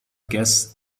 guess